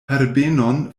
herbenon